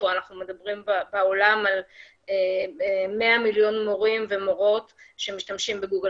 אנחנו מדברים בעולם על 100 מיליון מורים ומורות שמשתמשים בגוגל